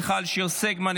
מיכל שיר סגמן,